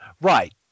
right